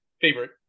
favorite